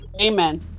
Amen